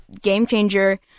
game-changer